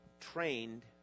trained